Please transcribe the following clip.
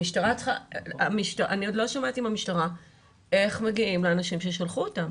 המשטרה צריכה - אני עוד לא שמעתי מהמשטרה איך מגיעים לאנשים ששלחו אותם.